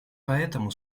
поэтому